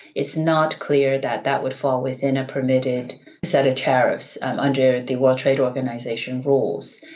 it's not clear that that would fall within a permitted set of tariffs under the world trade organisation rules.